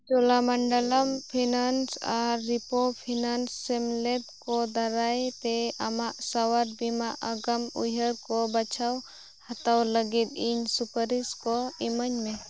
Cholamandalam finance ᱟᱨ repo finance ᱥᱮᱢᱞᱮᱫ ᱠᱚ ᱫᱟᱨᱟᱭᱛᱮ ᱟᱢᱟᱜ ᱥᱟᱣᱟᱨ ᱵᱤᱢᱟ ᱟᱜᱟᱢ ᱩᱭᱦᱟᱹᱨ ᱠᱚ ᱵᱟᱪᱷᱟᱣ ᱦᱟᱛᱟᱣ ᱞᱟᱹᱜᱤᱫ ᱤᱧ ᱥᱩᱯᱟᱨᱤᱥ ᱠᱚ ᱤᱢᱟᱹᱧᱢᱮ